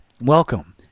welcome